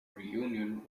reunion